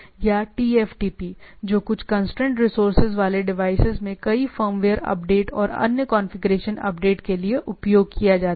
या टीएफटीपी जो constrained resources वाले डिवाइसेज में कई फर्मवेयर अपडेट और अन्य कॉन्फ़िगरेशन अपडेट के लिए उपयोग किया जाता है